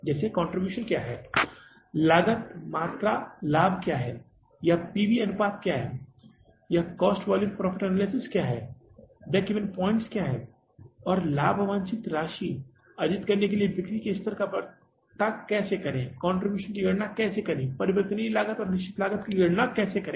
जैसे कंट्रीब्यूशन क्या है लागत मात्रा लाभ क्या है यह पी वी अनुपात क्या है यह कॉस्ट वॉल्यूम प्रॉफिट एनालिसिस क्या है ब्रेक इवन पॉइंट्स क्या है और लाभ वांछित राशि अर्जित करने के लिए बिक्री का स्तर कैसे पता करें कंट्रीब्यूशन की गणना कैसे करें परिवर्तनीय लागत निश्चित लागत की गणना कैसे करें